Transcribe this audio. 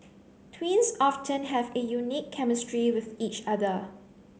twins often have a unique chemistry with each other